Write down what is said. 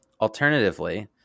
Alternatively